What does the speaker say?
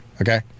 Okay